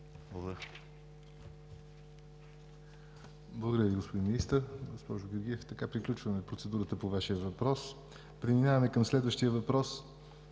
Благодаря Ви, господин Министър. Госпожо Георгиева, така приключваме процедурата по Вашия въпрос. Преминаваме към следващия въпрос.